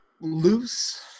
loose